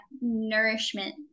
nourishment